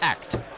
act